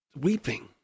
Weeping